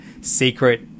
secret